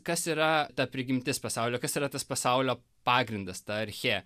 kas yra ta prigimtis pasaulio kas yra tas pasaulio pagrindas ta archė